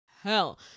hell